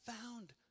found